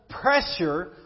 pressure